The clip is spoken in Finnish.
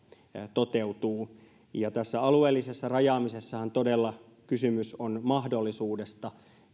toteutuu tässä alueellisessa rajaamisessahan kysymys on todella mahdollisuudesta